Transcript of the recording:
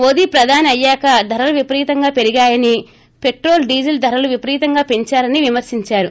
మోదీ ప్రధాని అయ్యాక ధరలు విపరీతంగా పెరిగాయని పెట్రోల్ డీజిల్ ధరలు విపరీతంగా పెంచారని విమర్పించారు